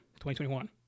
2021